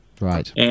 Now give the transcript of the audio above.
right